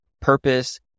purpose